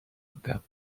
بودم